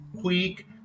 quick